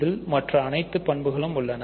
இதில் மற்ற அனைத்துப் பண்புகளும் உள்ளன